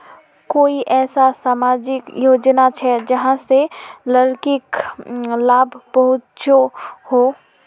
कोई ऐसा सामाजिक योजना छे जाहां से लड़किक लाभ पहुँचो हो?